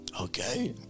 Okay